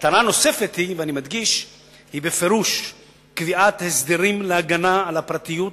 מטרה נוספת היא בפירוש קביעת הסדרים להגנה על הפרטיות,